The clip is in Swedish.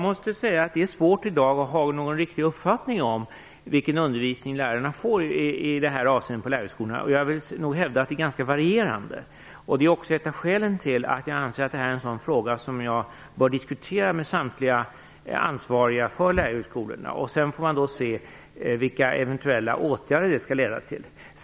Det är svårt att ha någon riktig uppfattning om vilken undervisning lärarna får i det här avseendet på lärarhögskolorna i dag. Jag vill nog hävda att den är ganska varierande. Det är också ett av skälen till att jag anser att detta är en fråga som jag bör diskutera med samtliga ansvariga för lärarhögskolorna. Sedan får vi se vilka eventuella åtgärder det kan leda till.